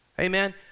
Amen